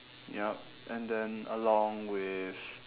yup and then along with